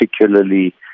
particularly